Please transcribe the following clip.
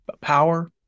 power